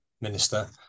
minister